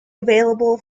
available